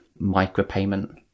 micropayment